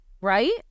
Right